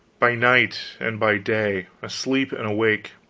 by night and by day, asleep and awake.